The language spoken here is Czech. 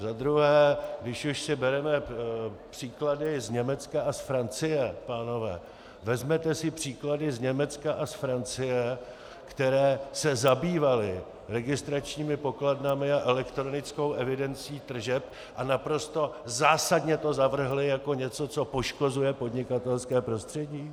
Za druhé, když už si bereme příklady z Německa a z Francie, pánové, vezměte si příklady z Německa a z Francie, které se zabývaly registračními pokladnami a elektronickou evidencí tržeb a naprosto zásadně to zavrhly jako něco, co poškozuje podnikatelské prostředí.